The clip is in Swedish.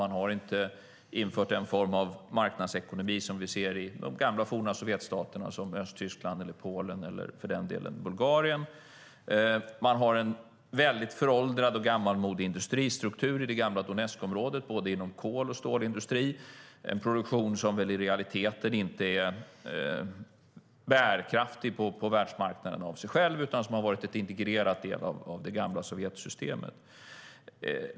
Man har inte infört den form av marknadsekonomi som vi ser i de forna sovjetstaterna som Östtyskland, Polen eller för den delen Bulgarien. Man har en föråldrad och gammalmodig industristruktur i det gamla Donetskområdet både inom kol och stålindustri. Det är en produktion som i realiteten inte är bärkraftig på världsmarknaden av sig själv utan som har varit en integrerad del av det gamla sovjetsystemet.